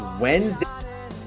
Wednesday